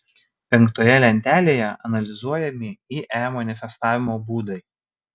penktoje lentelėje analizuojami ie manifestavimo būdai